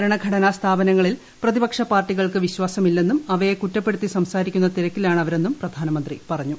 ഭരണഘടനാ സ്ഥാപനങ്ങളിൽ പ്രതിപക്ഷ പാർട്ടികൾക്ക് വിശ്വാസമില്ലെന്നും അവയെ കുറ്റപ്പെടുത്തി സംസാരിക്കുന്ന തിരക്കിലാണ് അവരെന്നുള്ള പ്രധാനമന്ത്രി പറഞ്ഞു